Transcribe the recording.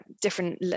different